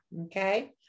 okay